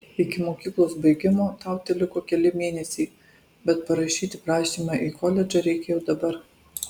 iki mokyklos baigimo tau teliko keli mėnesiai bet parašyti prašymą į koledžą reikia jau dabar